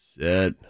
set